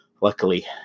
luckily